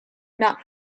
not